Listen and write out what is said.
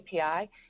API